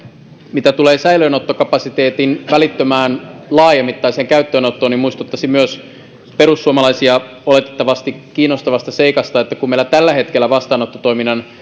mitä tulee säilöönottokapasiteetin välittömään laajamittaiseen käyttöönottoon niin muistuttaisin myös perussuomalaisia oletettavasti kiinnostavasta seikasta että kun meillä tällä hetkellä vastaanottotoiminnan